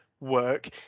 work